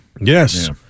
Yes